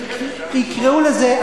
עליכם אפשר לסמוך.